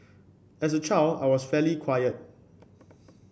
as a child I was fairly quiet